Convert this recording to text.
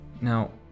Now